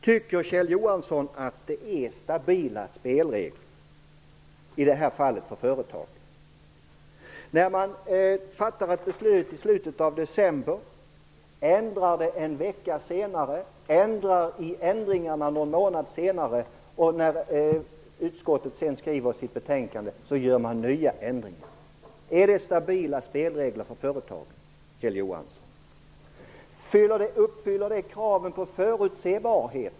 Tycker Kjell Johansson att spelreglerna för företagen är stabila i det här fallet? I slutet av december fattades ett beslut. En vecka senare kom man med ändringar. Någon månad senare ändrade man ändringarna. När utskottet skrev sitt betänkande föreslogs nya ändringar. Är spelreglerna för företagen stabila, Kjell Johansson? Uppfyller reglerna kraven på förutsebarhet?